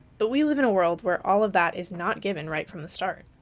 but we live in a world where all of that is not given right from the start.